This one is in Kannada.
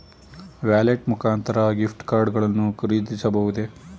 ವ್ಯಾಲೆಟ್ ಮುಖಾಂತರ ಗಿಫ್ಟ್ ಕಾರ್ಡ್ ಗಳನ್ನು ಖರೀದಿಸಬಹುದೇ?